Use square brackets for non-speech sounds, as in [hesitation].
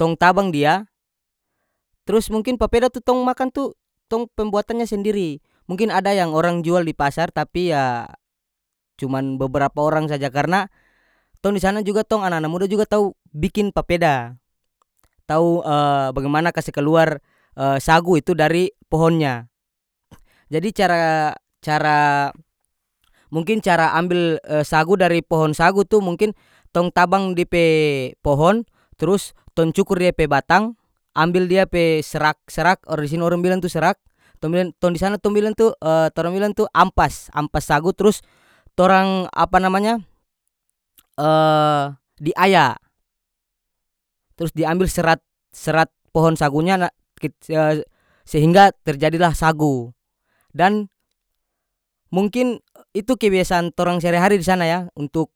Tong tabang dia trus mungkin papeda tu tong makan tu tong pembuatannya sendiri mungkin ada yang orang jual di pasar tapi ya cuman beberapa orang saja karena tong di sana juga tong ana-ana muda juga tau bikin papeda tau bagimana [hesitation] kase kaluar [hesitation] sagu itu dari pohonnya jadi cara- cara mungkin cara ambel [hesitation] sagu dari pohon sagu tu mungkin tong tabang di pe pohon trus tong cukur dia pe batang ambel dia pe serak-serak orang di sini orang bilang tu serak tong bilang tong di sana tong bilang tu [hesitation] torang bilang tu ampas- ampas sagu trus torang apa namanya [hesitation] diaya trus diambil serat- serat pohon sagunya na kit sea- sehingga terjadilah sagu dan mungkin itu kebiasaan torang sehari-hari di sana ya untuk